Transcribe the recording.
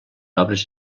obres